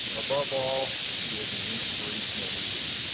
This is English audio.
above all he is an inspirational leader